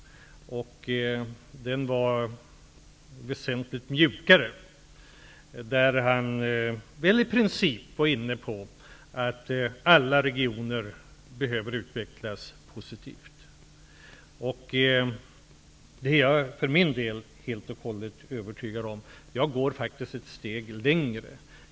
Den var väsentligt mjukare. Han var där i princip inne på att alla regioner behöver utvecklas positivt. Det är jag för min del helt och hållet övertygad om. Jag går faktiskt ett steg längre.